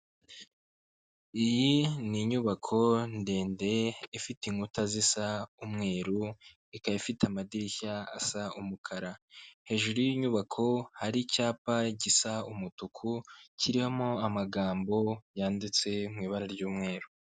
Iyi n’inyubako ndende ifite inkuta zisa umweru, ikaba ifite amadirishya as’umukara, hejuru y’inyubako hari icyapa gisa umutuku kiriho amagambo yanditse mw’ibara ry'umweru.